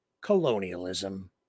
colonialism